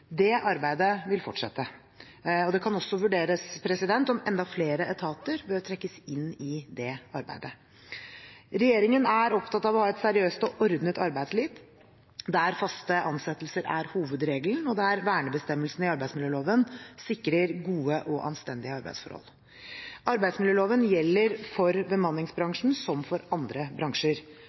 Det arbeidet vil fortsette. Det kan også vurderes om enda flere etater bør trekkes inn i det arbeidet. Regjeringen er opptatt av å ha et seriøst og ordnet arbeidsliv, der faste ansettelser er hovedregelen, og der vernebestemmelsene i arbeidsmiljøloven sikrer gode og anstendige arbeidsforhold. Arbeidsmiljøloven gjelder for bemanningsbransjen som for andre bransjer.